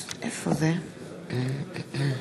אין.